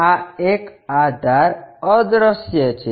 આ એક આ ધાર અદ્રશ્ય છે